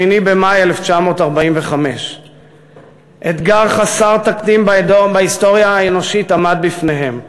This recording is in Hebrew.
8 במאי 1945. אתגר חסר תקדים בהיסטוריה האנושית עמד בפניהם,